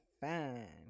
fine